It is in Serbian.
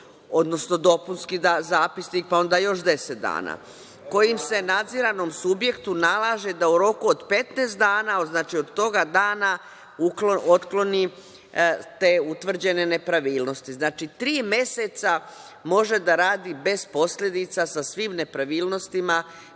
odnosno dopunski zapisnik, pa onda još deset dana, kojim se nadziranom subjektu nalaže da u roku od 15 dana, znači od tog dana otklone te utvrđene nepravilnosti. Znači, tri meseca može da radi bez posledica sa svim nepravilnostima